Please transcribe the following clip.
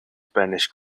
spanish